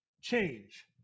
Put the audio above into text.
change